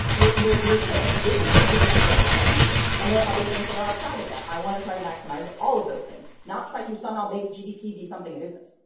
you're you're you're saying this is what gdp represents. and there are other things that are outside of that. i want to try to maximise all of those things, not try to somehow make gdp something it isn't.